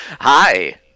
Hi